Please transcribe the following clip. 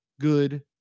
good